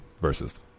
versus